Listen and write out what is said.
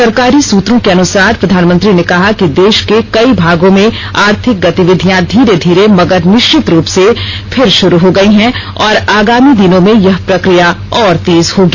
सरकारी सूत्रों के अनुसार प्रधानमंत्री ने कहा कि देश के कई भागों में आर्थिक गतिविधियां धीरे धीरें मगर निश्चित रूप से फिर शुरू हो गई हैं और आगामी दिनों में यह प्रक्रिया और तेज होगी